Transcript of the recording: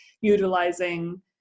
utilizing